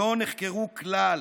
לא נחקרו כלל.